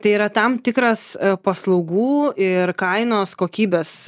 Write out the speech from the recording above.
tai yra tam tikras paslaugų ir kainos kokybės